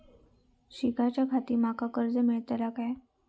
शिकाच्याखाती माका कर्ज मेलतळा काय?